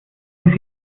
sie